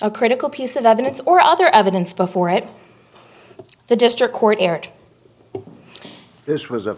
a critical piece of evidence or other evidence before it the district court erred this was a